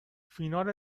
فینال